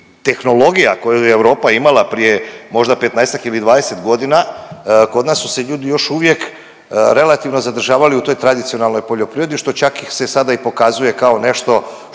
tehnologija koju je Europa imala prije možda 15-ak ili 20 godina, kod nas su se ljudi još uvijek relativno zadržavali u toj tradicionalnoj poljoprivredi, što čak se sada i pokazuje kao nešto